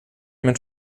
mit